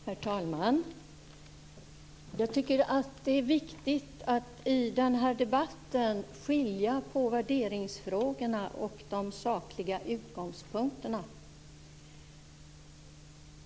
Herr talman! Jag tycker att det är viktigt att i den här debatten skilja på värderingsfrågorna och de sakliga utgångspunkterna.